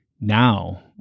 Now